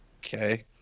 okay